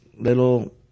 little